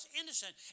innocent